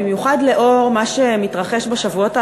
במיוחד לנוכח מה שמתרחש בשבועות האחרונים,